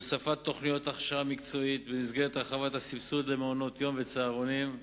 הוספת תוכניות הכשרה מקצועית במסגרת הרחבת הסבסוד למעונות-יום וצהרונים,